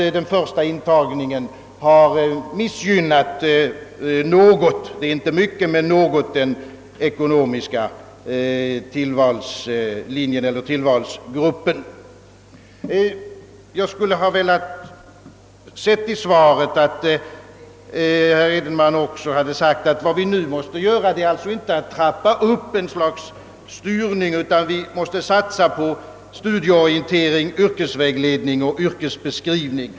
Den första intagningen har ju i viss utsträckning missgynnat den ekonomiska tillvalsgruppen. Jag skulle ha velat att herr Edenman i svaret också sagt att vad vi nu måste göra är inte att trappa upp ett slags styrning, utan vi måste satsa på studieorientering, yrkesvägledning och yrkesbeskrivning.